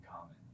common